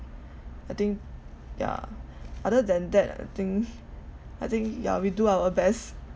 I think yeah other than that I think I think yeah we do our best